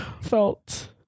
felt